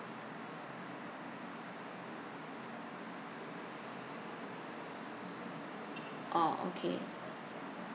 orh okay